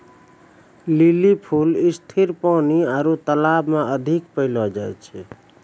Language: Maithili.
लीली फूल स्थिर पानी आरु तालाब मे अधिक पैलो जाय छै